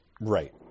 right